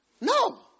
No